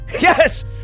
Yes